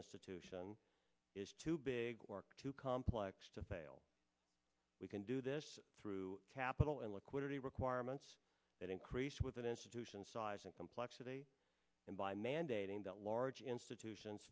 institution is too big work too complex to fail we can do this through capital and liquidity requirements that increase with an institution size and complexity and by mandating that large institutions